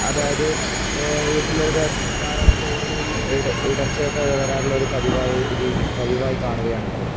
അതായത് വീട്ടിൽ ഒരു ധാരാളം കോളുകളിൽ ഇടർച്ചയൊക്കെ വരാറുള്ള ഒരു പതിവായി രീതി പതിവായി കാണുകയാാണ് ഇപ്പോൾ